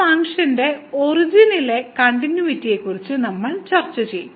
ഈ ഫംഗ്ഷന്റെ ഒറിജിനിലെ കണ്ടിന്യൂയിറ്റിയെക്കുറിച്ച് നമ്മൾ ചർച്ച ചെയ്യും